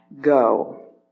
go